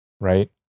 right